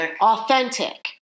Authentic